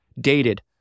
Dated